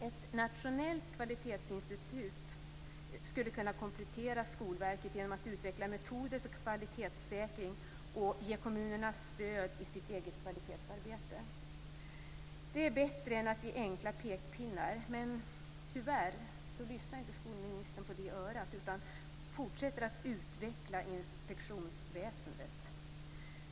Ett nationellt kvalitetsinstitut skulle kunna komplettera Skolverket genom att utveckla metoder för kvalitetssäkring och att ge kommunerna stöd i sitt eget kvalitetsarbete. Det är bättre än att ge enkla pekpinnar. Tyvärr lyssnar inte skolministern på det örat, utan fortsätter att utveckla inspektionsväsendet.